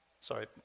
sorry